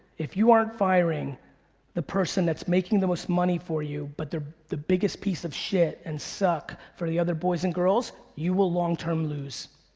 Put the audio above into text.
if you aren't firing the person that's making the most money for you but they're the biggest piece of shit and suck for the other boys and girls, you will long term lose.